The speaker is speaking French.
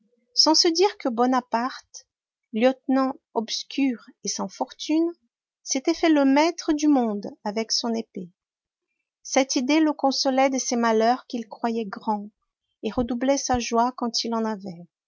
sans se dire que bonaparte lieutenant obscur et sans fortune s'était fait le maître du monde avec son épée cette idée le consolait de ses malheurs qu'il croyait grands et redoublait sa joie quand il en avait